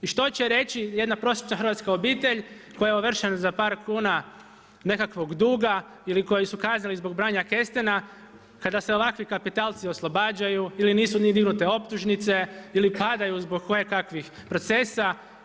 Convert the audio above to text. I što će reći jedna prosječna hrvatska obitelj koja je ovršena za par kuna nekakvog duga ili koji su kazali zbog branja kestena kada se ovakvi kapitalci oslobađaju ili nisu ni dignute optužnice ili padaju zbog kojekakvih procesa.